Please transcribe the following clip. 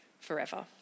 forever